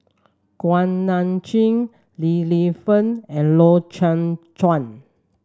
Kuak Nam Jin Li Lienfung and Loy Chye Chuan